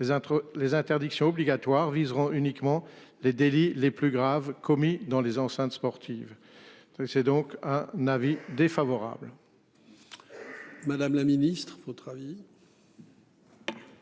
les entre les interdictions obligatoire viseront uniquement les délits les plus graves commis dans les enceintes sportives. C'est donc un avis défavorable.